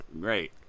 great